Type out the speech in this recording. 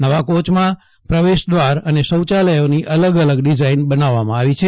નવા કોયમાં પ્રવેશદ્વાર અને શૌચાલયોની અલગ અલગ ડિઝાઈન બનાવવામાં આવી છે